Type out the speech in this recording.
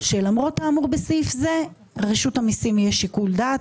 שלמרות האמור בסעיף זה לרשות המיסים יהיה שיקול דעת